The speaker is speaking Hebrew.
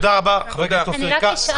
תודה רבה, חבר הכנסת אופיר כץ.